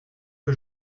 que